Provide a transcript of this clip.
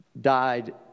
died